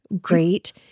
great